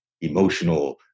emotional